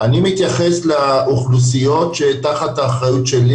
אני מתייחס לאוכלוסיות שתחת האחריות שלי,